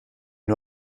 nur